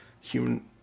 human